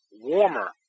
warmer